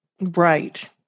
Right